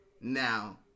Now